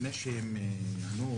לפני שהם יענו,